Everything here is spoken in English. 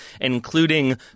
including